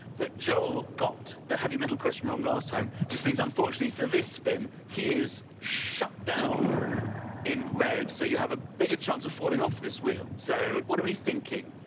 that joel got the heavy metal question wrong last time which means, unfortunately for this spin, he is shut down in red. so, you have a bigger chance of falling off this wheel. so, what are we thinking?